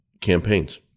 campaigns